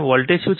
voltage શું છે